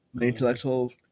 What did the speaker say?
intellectual